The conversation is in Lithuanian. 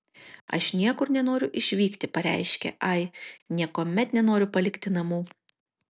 aš niekur nenoriu išvykti pareiškė ai niekuomet nenoriu palikti namų